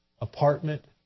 Apartment